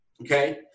okay